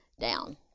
Down